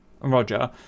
Roger